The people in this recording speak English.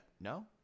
No